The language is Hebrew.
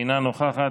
אינה נוכחת,